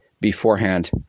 beforehand